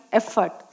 effort